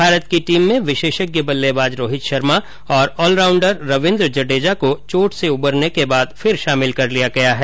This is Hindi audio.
भारत की टीम में विशेषज्ञ बल्लेबाज रोहित शर्मा और ऑल राउण्डर रवीन्द्र जडेजा को चोट से उबरने के बाद फिर शामिल कर लिया गया है